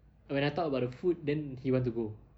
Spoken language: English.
when I talk about the food then he want to go